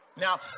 Now